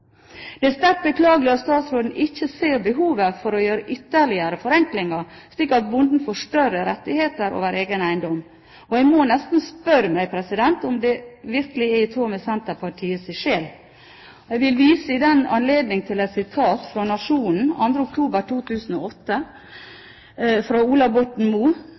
Det er sterkt beklagelig at statsråden ikke ser behovet for å gjøre ytterligere forenklinger slik at bonden får større rettigheter over egen eiendom. Jeg må nesten spørre meg om det virkelig er i tråd med Senterpartiets sjel. Jeg vil i den anledning komme med et sitat fra Nationen 2. oktober 2008, der Ola Borten